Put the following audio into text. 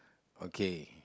okay